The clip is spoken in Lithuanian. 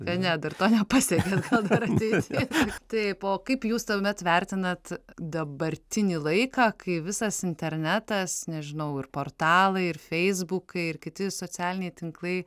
ne dar to nepasiekėt gal dar ateity taip o kaip jūs tuomet vertinat dabartinį laiką kai visas internetas nežinau ir portalai ir feisbukai ir kiti socialiniai tinklai